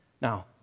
Now